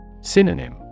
Synonym